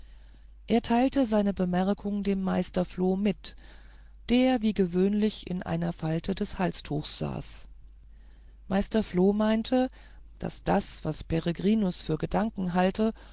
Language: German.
er teilte seine bemerkung dem meister floh mit der wie gewöhnlich in einer falte des halstuchs saß meister floh meinte daß das was peregrinus für gedanken halte